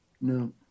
No